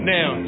Now